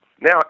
now